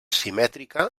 simètrica